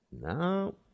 No